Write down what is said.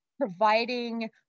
providing